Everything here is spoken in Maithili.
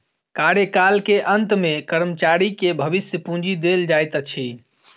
कार्यकाल के अंत में कर्मचारी के भविष्य पूंजी देल जाइत अछि